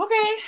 okay